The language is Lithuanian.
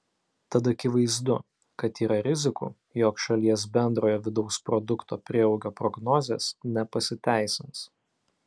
tad akivaizdu kad yra rizikų jog šalies bendrojo vidaus produkto prieaugio prognozės nepasiteisins